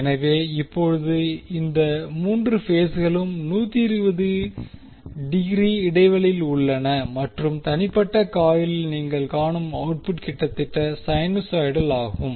எனவே இப்போது இந்த 3 பேஸ்களும் 120 டிகிரி இடைவெளியில் உள்ளன மற்றும் தனிப்பட்ட காயிலில் நீங்கள் காணும் அவுட்புட் கிட்டத்தட்ட சைனூசாய்டல் ஆகும்